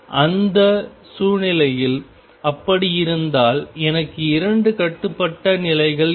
அந்த சூழ்நிலையில் அப்படி இருந்தால் எனக்கு இரண்டு கட்டுப்பட்ட நிலைகள் இருக்கும்